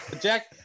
Jack